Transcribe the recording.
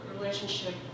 relationship